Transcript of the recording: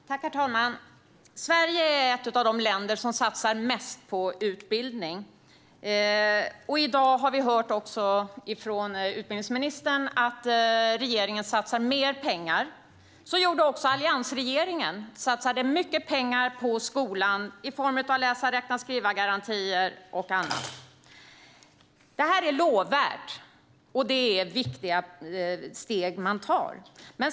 Herr talman! Sverige är ett av de länder som satsar mest på utbildning. I dag har vi hört från utbildningsministern att regeringen satsar mer pengar. Så gjorde också alliansregeringen - den satsade mycket pengar på skolan i form av läsa-räkna-skriva-garantier och annat. Det här är lovvärt, och det är viktiga steg man tar.